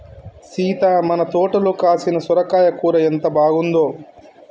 సీత మన తోటలో కాసిన సొరకాయ కూర ఎంత బాగుందో